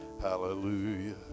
Hallelujah